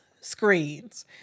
screens